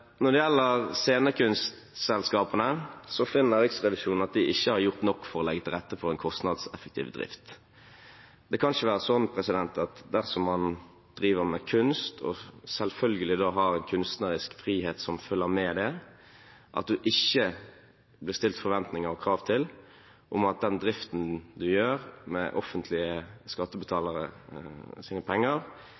Når det gjelder scenekunstselskapene, finner Riksrevisjonen at de ikke har gjort nok for å legge til rette for en kostnadseffektiv drift. Det kan ikke være sånn at man, dersom man driver med kunst – og selvfølgelig har en kunstnerisk frihet som følger med det – ikke blir stilt forventninger og krav til om at den driften man gjør, med offentlige